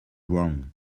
wrong